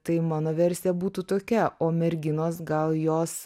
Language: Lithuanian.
tai mano versija būtų tokia o merginos gal jos